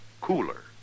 cooler